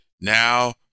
Now